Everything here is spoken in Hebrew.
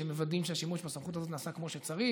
שמוודאים שהשימוש בסמכות הזאת נעשה כמו שצריך,